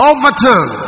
Overturn